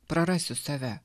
prarasiu save